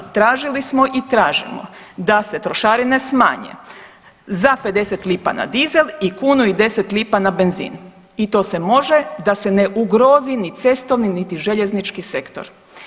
Tražili smo i tražimo da se trošarine smanje za 50 lipa na dizel i kunu i deset lipa na benzin i to se može da se ne ugroze ni cestovni, niti željeznički sektor.